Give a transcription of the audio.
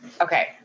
Okay